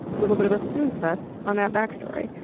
little bit of a snoozefest on that backstory.